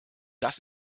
das